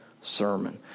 sermon